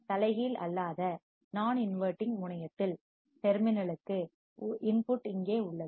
தலைகீழ் அல்லாத நான் இன்வடிங் முனையத்தில் டெர்மினல் லுக்கு உள்ளீடு இன்புட் இங்கே உள்ளது